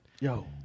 yo